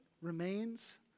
remains